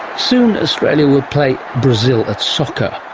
soon australia will play brazil at soccer.